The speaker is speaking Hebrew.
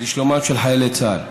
לשלומם של חיילי צה"ל: